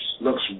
looks